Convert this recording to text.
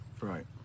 Right